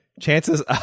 Chances